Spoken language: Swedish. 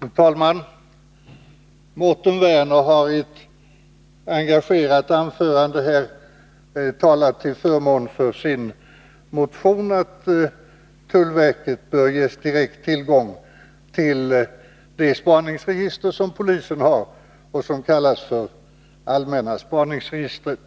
Fru talman! Mårten Werner har i ett engagerat anförande talat till förmån för sin motion att tullverket bör ges direkt tillgång till det spaningsregister som polisen har och som kallas för allmänna spaningsregistret,